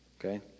Okay